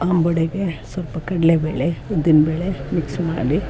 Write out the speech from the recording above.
ಅಂಬೊಡೆಗೆ ಸ್ವಲ್ಪ ಕಡಲೆ ಬೇಳೆ ಉದ್ದಿನ ಬೇಳೆ ಮಿಕ್ಸ್ ಮಾಡಿ